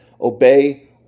Obey